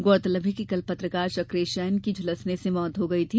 गौरतलब है कि कल पत्रकार चकेंश जैन की झलसने से मौत हो गयी थी